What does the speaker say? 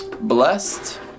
Blessed